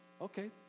Okay